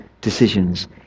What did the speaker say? decisions